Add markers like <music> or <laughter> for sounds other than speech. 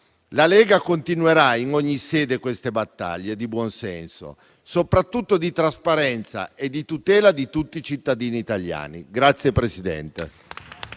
La Lega continuerà in ogni sede queste battaglie di buonsenso, soprattutto di trasparenza e di tutela di tutti i cittadini italiani. <applause>